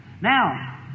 Now